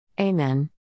Amen